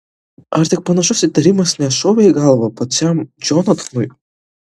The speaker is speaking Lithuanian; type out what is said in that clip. ar tik panašus įtarimas nešovė į galvą pačiam džonatanui